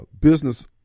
business